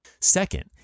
Second